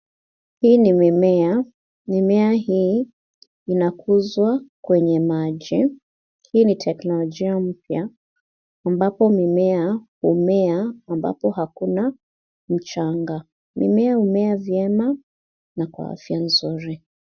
Hii ni mimea. Mimea hii inakuzwa kwenye maji. Hii ni teknolojia mpya ambapo mimea humea ambapo hakuna mchanga. Mimea humea vyema na kwa afya nzuri.